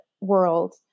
world